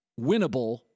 winnable